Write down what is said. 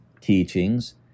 teachings